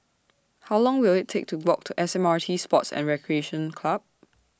How Long Will IT Take to Walk to S M R T Sports and Recreation Club